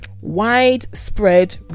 widespread